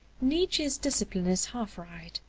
nietzsche's disciple is half right.